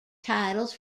titles